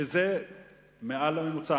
שזה מעל לממוצע.